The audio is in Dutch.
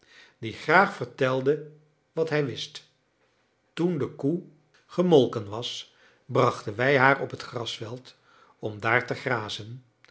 die graag vertelde wat hij wist toen de koe gemolken was brachten wij haar op t grasveld om daar te grazen